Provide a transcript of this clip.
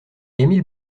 émile